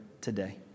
today